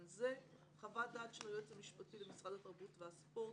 זה: (1) חוות דעת של היועץ המשפטי למשרד התרבות והספורט